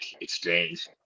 exchange